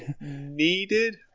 Needed